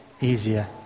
easier